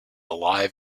alive